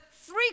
three